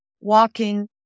walking